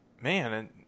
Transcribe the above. Man